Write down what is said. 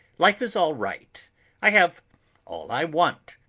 life is all right i have all i want.